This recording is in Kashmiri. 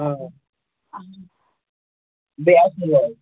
آ بیٚیہِ